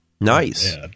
Nice